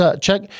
check